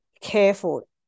careful